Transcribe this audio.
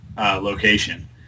location